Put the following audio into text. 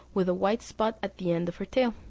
with a white spot at the end of her tail,